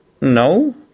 No